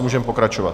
Můžeme pokračovat.